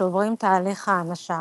שעוברים תהליך האנשה.